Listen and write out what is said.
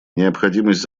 необходимость